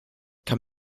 kann